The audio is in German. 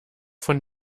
von